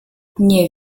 nie